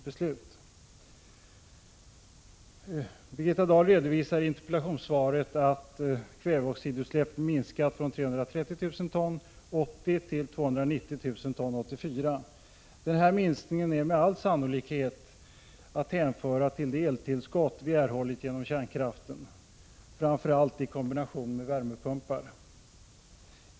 Birgitta Dahl redovisar i interpellationssvaret att mängden kväveoxidutsläpp minskat från 330 000 ton år 1980 till 290 000 ton år 1984. Denna minskning beror med all sannolikhet på det eltillskott som vi erhållit genom kärnkraften, framför allt i kombination med värmepumpar.